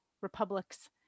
republics